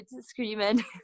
screaming